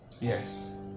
Yes